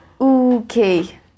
Okay